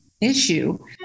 issue